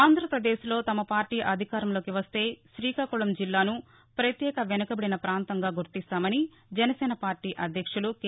ఆంధ్రాపదేశ్లో తమ పార్టీ అధికారంలోకి వస్తే శ్రీకాకుళం జిల్లాను ప్రత్యేక వెనుకబడిన ప్రాంతంగా గుర్తిస్తామని జనసేన పార్టీ అధ్యక్షులు కె